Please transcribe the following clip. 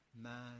man